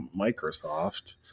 Microsoft